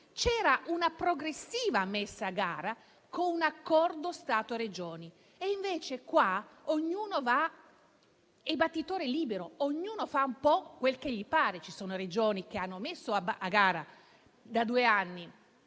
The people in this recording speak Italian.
c'era una progressiva messa a gara con un accordo Stato-Regioni e invece qui ognuno è battitore libero e fa un po' quel che gli pare: ci sono Regioni che hanno messo a gara da due anni